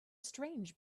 strange